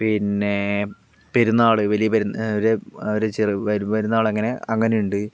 പിന്നെ പെരുന്നാള് വലിയ പെരു ഒരു ചെറു പെരുന്നാൾ അങ്ങനെ അങ്ങനെയുണ്ട്